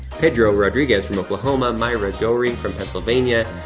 pedro rodriguez from oklahoma. myra doring from pennsylvania.